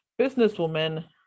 businesswoman